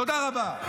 תודה רבה.